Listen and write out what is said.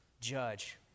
judge